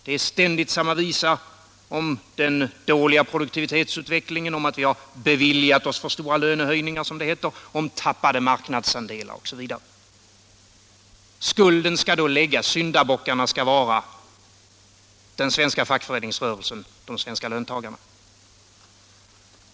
Det är ständigt samma visa om den dåliga produktivitetsutvecklingen, om att vi har beviljat oss för stora lönehöjningar som det heter, om tappade marknadsandelar osv. Syndabockarna skulle då vara den svenska fackföreningsrörelsen, de svenska löntagarna.